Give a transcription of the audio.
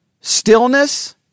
Stillness